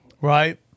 right